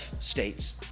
states